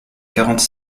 quarante